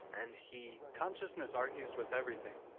and he, consciousness argues with everything.